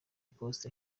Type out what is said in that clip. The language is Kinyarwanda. post